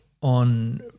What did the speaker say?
on